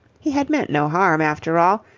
he had meant no harm, after all.